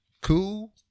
cool